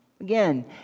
Again